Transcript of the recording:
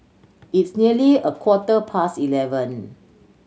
its nearly a quarter past eleven